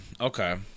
okay